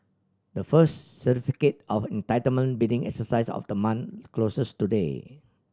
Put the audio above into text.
the first Certificate of Entitlement bidding exercise of the month closes today